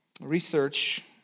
Research